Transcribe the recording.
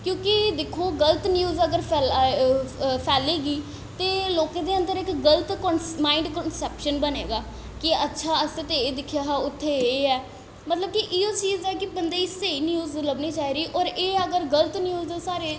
क्योंकि दिक्खो गल्त न्यूज अगर फैला फैलेगी ते लोकें दे अन्दर इक गल्त कांस माइंड कंसैप्शन बने गा कि अच्छा असें ते एह् दिक्खेआ हा उत्थै एह् ऐ मतलब कि इ'यो चीज ऐ कि बंदे गी स्हेई न्यूज लब्भनी चाहिदी होर एह् अगर गल्त न्यूज साढ़े